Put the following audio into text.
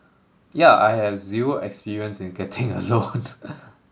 yeah I have zero experience in getting a loan